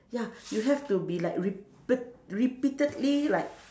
ya you have to be like repet~ repeatedly like